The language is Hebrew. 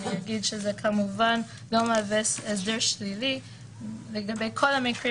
אגיד שזה כמובן לא מהווה הסדר שלילי לגבי כל המקרים